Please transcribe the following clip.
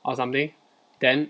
or something then